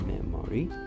memory